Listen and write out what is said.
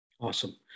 Awesome